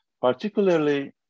particularly